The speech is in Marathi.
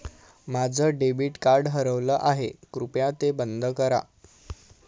माझं डेबिट कार्ड हरवलं आहे, कृपया ते बंद करा